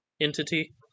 entity